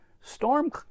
storm